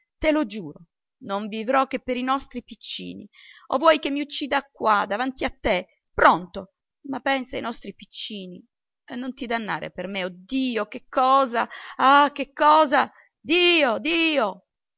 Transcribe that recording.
te lo giuro non vivrò che per i nostri piccini o vuoi che mi uccida qua davanti a te pronto ma pensa ai nostri piccini e non ti dannare per me oh dio che cosa ah che cosa dio dio